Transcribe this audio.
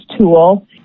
tool